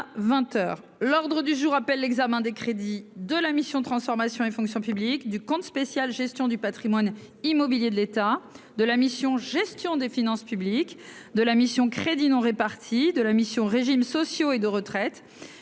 l'ordre du jour appelle l'examen des crédits de la mission transformation et fonction publique du compte spécial Gestion du Patrimoine immobilier de l'État, de la mission Gestion des finances publiques de la mission Crédits non répartis de la mission régimes sociaux et de retraite,